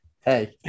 hey